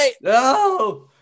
No